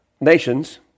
nations